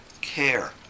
care